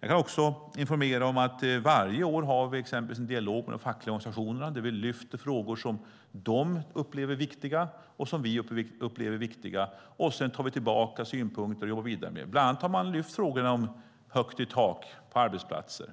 Jag kan också informera om att vi varje år har en dialog med exempelvis de fackliga organisationerna, där vi lyfter fram frågor som de upplever som viktiga och som vi upplever som viktiga, och sedan tar vi med oss synpunkter att jobba vidare med. Bland annat har man tagit upp frågorna om högt i tak på arbetsplatsen.